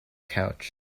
couch